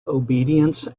obedience